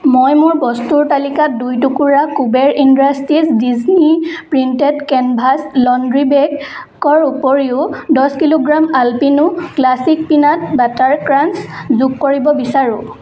মই মোৰ বস্তুৰ তালিকাত দুই টুকুৰা Kuber industries Disney printed canvas laundry বেগৰ উপৰিও দহ kilogram Alpino classic peanut butter crunch যোগ কৰিব বিচাৰোঁ